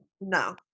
No